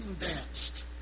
danced